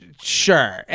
Sure